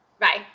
Bye